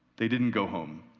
they didn't go home.